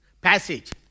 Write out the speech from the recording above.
passage